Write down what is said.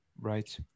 right